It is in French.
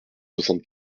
soixante